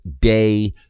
Day